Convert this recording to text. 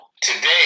today